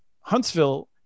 Huntsville